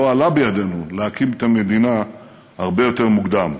לא עלה בידנו להקים את המדינה הרבה יותר מוקדם,